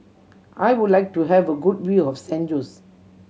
I would like to have a good view of San Jose